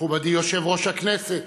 מכובדי יושב-ראש הכנסת